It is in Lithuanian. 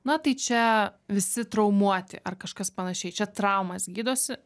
na tai čia visi traumuoti ar kažkas panašiai čia traumas gydosi